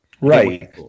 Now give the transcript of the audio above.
right